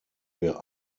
wir